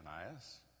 Ananias